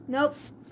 Nope